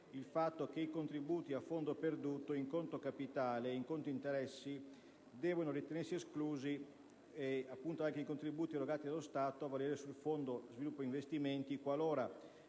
che tra i contributi a fondo perduto in conto capitale e/o in conto interessi, devono ritenersi esclusi i contributi erogati dallo Stato a valere sul fondo sviluppo investimenti qualora